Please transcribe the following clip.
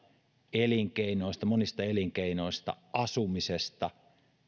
monista elinkeinoista asumisesta